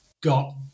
got